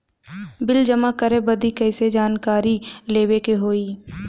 Bill जमा करे बदी कैसे जानकारी लेवे के होई?